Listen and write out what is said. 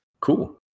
Cool